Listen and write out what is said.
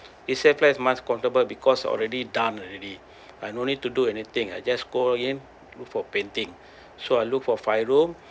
resale flat is much comfortable because already done already I no need to do anything I just go in and do for painting so I look for five room